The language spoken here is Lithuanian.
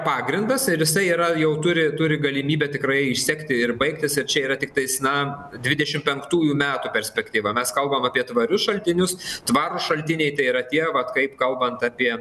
pagrindas ir jisai yra jau turi turi galimybę tikrai išsekti ir baigtis ir čia yra tiktais na dvidešim penktųjų metų perspektyva mes kalbam apie tvarius šaltinius tvarūs šaltiniai tai yra tie vat kaip kalbant apie